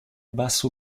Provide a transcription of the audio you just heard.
basso